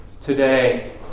Today